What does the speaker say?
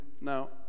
now